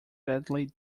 badly